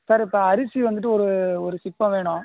sir இப்போ அரிசி வந்துவிட்டு ஒரு ஒரு சிப்பம் வேணும்